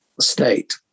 state